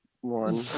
one